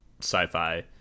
sci-fi